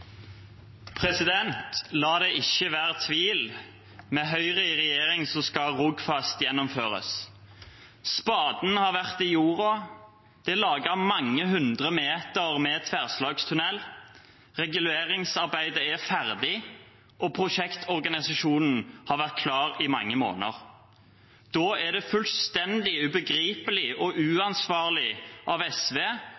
La det ikke være tvil: Med Høyre i regjering skal Rogfast gjennomføres. Spaden har vært i jorden, det er laget mange hundre meter med tverrslagstunnel, reguleringsarbeidet er ferdig, og prosjektorganisasjonen har vært klar i mange måneder. Da er det fullstendig ubegripelig og